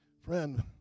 Friend